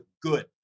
good